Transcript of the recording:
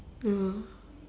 ya